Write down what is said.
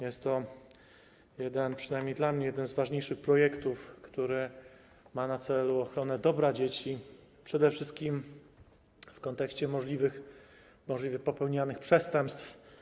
Jest to przynajmniej dla mnie jeden z ważniejszych projektów, który ma na celu ochronę dobra dzieci, przede wszystkim w kontekście możliwych popełnianych przestępstw.